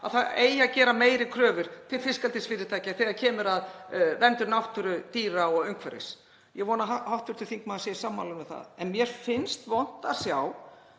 að það eigi að gera meiri kröfur til fiskeldisfyrirtækja þegar kemur að verndun náttúru, dýra og umhverfis. Ég vona að hv. þingmaður sé sammála mér um það. En mér finnst vont að sjá